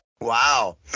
Wow